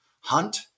Hunt